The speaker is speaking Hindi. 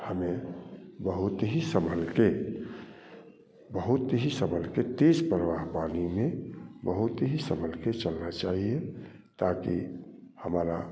हमें बहुत ही संभल के बहुत ही संभल के तेज प्रवाह पानी में बहुत ही संभल के चलना चाहिए ताकि हमारा